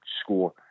score